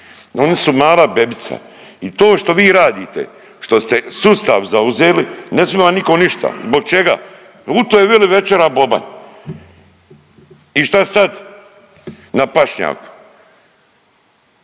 oni su mala bebica i to što vi radite što ste sustav zauzeli ne smi vam niko ništa. zbog čega? U toj veli večera Boban i šta sad na pašnjaku.